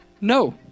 No